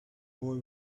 boy